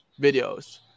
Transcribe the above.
videos